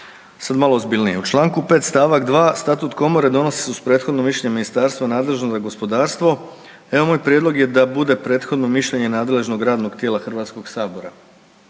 Sad malo ozbiljnije. U članku 5. stavak 2. Statut Komore donosi se uz prethodno mišljenje ministarstva nadležno za gospodarstvo. Evo moj prijedlog je da bude prethodno mišljenje nadležnog radnog tijela Hrvatskog sabora.